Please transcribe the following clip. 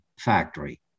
factory